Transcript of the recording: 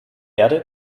erde